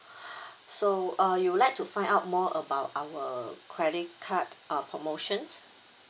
so uh you would like to find out more about our credit card uh promotions